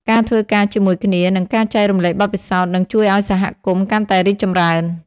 ការធ្វើការជាមួយគ្នានិងការចែករំលែកបទពិសោធន៍នឹងជួយឲ្យសហគមន៍កាន់តែរីកចម្រើន។